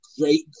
great